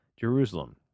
Jerusalem